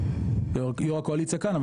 יו"ר הקואליציה כאן,